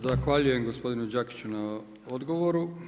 Zahvaljujem gospodinu Đakiću na odgovoru.